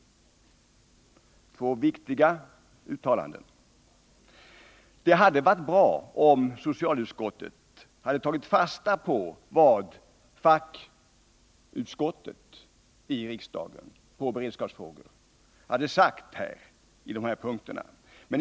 Detta är två viktiga uttalanden. Det hade varit bra, om socialutskottet hade tagit fasta på vad riksdagens fackutskott när det gäller beredskapsfrågor säger på dessa punkter.